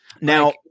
Now